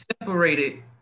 separated